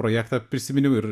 projektą prisiminiau ir